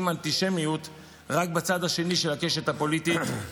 אנטישמיות רק בצד השני של הקשת הפוליטית,